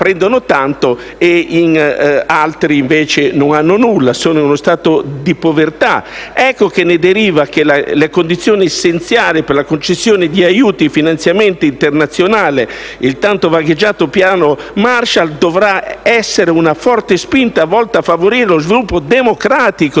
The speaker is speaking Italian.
prendono tanto e altri, invece, non hanno nulla e sono in stato di povertà. Ecco che ne deriva che le condizioni essenziali per la concessione di aiuti e finanziamenti internazionali, il tanto vagheggiato "Piano Marshall", dovrà essere una forte spinta volta a favorire lo sviluppo democratico